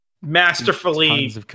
masterfully